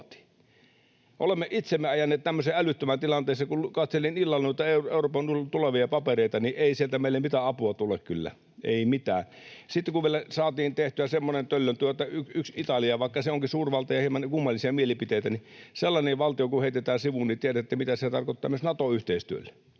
Olemme itsemme ajaneet tämmöisen älyttömän tilanteeseen. Kun katselin illalla noita Euroopan tulevia papereita, niin ei sieltä meille mitään apua tule kyllä, ei mitään. Sitten, kun vielä saatiin tehtyä semmoinen töllön työ, että yksi Italia, vaikka se onkin suurvalta ja on hieman kummallisia mielipiteitä — sellainen valtio — heitetään sivuun, niin tiedätte, mitä se tarkoittaa myös Nato-yhteistyölle.